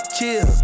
Chill